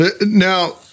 Now